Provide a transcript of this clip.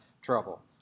trouble